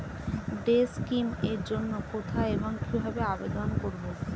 Day scheme এর জন্য কোথায় এবং কিভাবে আবেদন করব?